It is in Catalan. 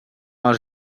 els